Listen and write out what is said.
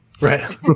Right